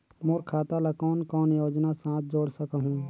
मोर खाता ला कौन कौन योजना साथ जोड़ सकहुं?